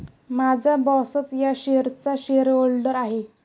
माझा बॉसच या शेअर्सचा शेअरहोल्डर आहे